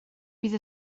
bydd